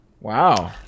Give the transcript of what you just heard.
Wow